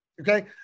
Okay